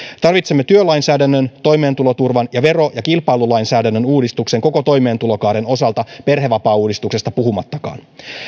tarvitsemme työlainsäädännön toimeentuloturvan ja vero ja kilpailulainsäädännön uudistuksen koko toimeentulokaaren osalta perhevapaauudistuksesta puhumattakaan